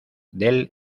del